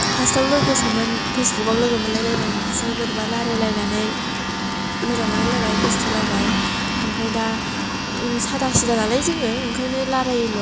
फासटाव लोगोसोमोन फेसबुकाव लोगोमोनलायलायनानैसो बोरैबा लारायलायनानै मोजां मोनलायलायबाय गोसथोलायबाय ओमफ्राय दा सादा सिदा नालाय जोङो ओंखायनो लारायोल'